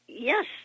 Yes